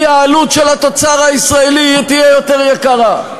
כי העלות של התוצר הישראלי תהיה יותר יקרה.